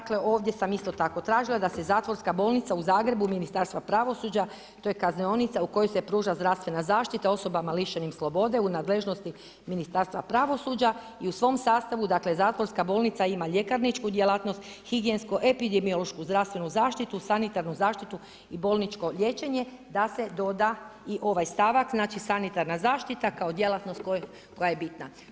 Dakle ovdje sam isto tako tražila da se zatvorska bolnica u Zagrebu Ministarstva pravosuđa, to je kaznionica u kojoj se pruža zdravstvena zaštita osobama lišenim slobode u nadležnosti Ministarstva pravosuđa i u svom sastavu dakle zatvorska bolnica ima ljekarničku djelatnost, higijensko epidemiološku zdravstvenu zaštitu, sanitarnu zaštitu i bolničko liječenje da se doda i ovaj stavak, znači sanitarna zaštita kao djelatnost koja je bitna.